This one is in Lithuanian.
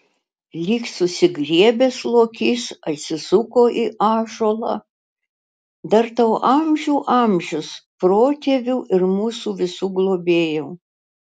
lyg susigriebęs lokys atsisuko į ąžuolą dar tau amžių amžius protėvių ir mūsų visų globėjau